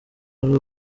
ari